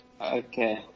Okay